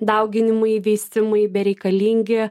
dauginimai veisimai bereikalingi